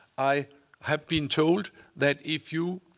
i have been told that if you